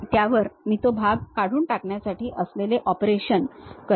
त्यावर मी तो भाग काढून टाकण्यासाठी असलेले ऑपरेशन करेन